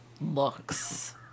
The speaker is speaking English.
looks